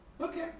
Okay